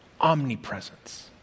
Omnipresence